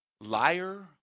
liar